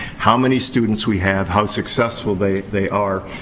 how many students we have, how successful they they are.